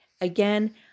Again